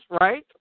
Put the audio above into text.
right